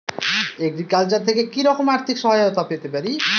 Agriculture থেকে কি রকম আর্থিক সহায়তা পেতে পারি?